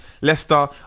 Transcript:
Leicester